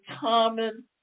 common